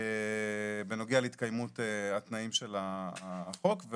בנוגע להתקיימות התנאים של החוק.